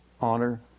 honor